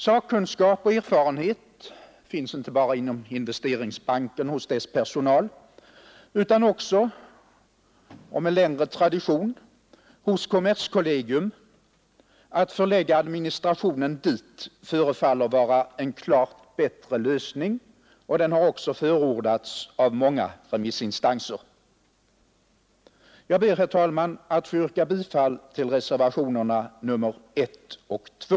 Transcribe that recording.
Sakkunskap och erfarenhet finns inte bara i Investeringsbanken och hos dess personal utan också och med längre tradition hos kommerskollegium. Att förlägga administrationen dit förefaller vara en klart bättre lösning, och den har också förordats av många remissinstanser. Jag ber, herr talman, att få yrka bifall till reservationerna 1 och 2.